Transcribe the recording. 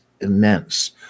immense